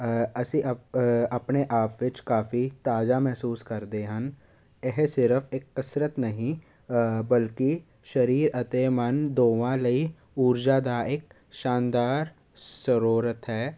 ਅਸੀਂ ਅ ਆਪਣੇ ਆਪ ਵਿੱਚ ਕਾਫੀ ਤਾਜ਼ਾ ਮਹਿਸੂਸ ਕਰਦੇ ਹਨ ਇਹ ਸਿਰਫ ਇੱਕ ਕਸਰਤ ਨਹੀਂ ਬਲਕਿ ਸਰੀਰ ਅਤੇ ਮਨ ਦੋਵਾਂ ਲਈ ਊਰਜਾ ਦਾ ਇੱਕ ਸ਼ਾਨਦਾਰ ਸਰੋਤ ਹੈ